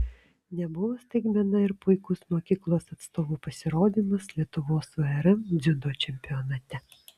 nebuvo staigmena ir puikus mokyklos atstovų pasirodymas lietuvos vrm dziudo čempionate